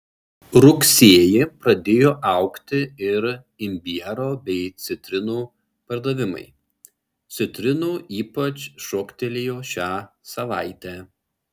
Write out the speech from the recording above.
rugsėjį pradėjo augti ir imbiero bei citrinų pardavimai citrinų ypač šoktelėjo šią savaitę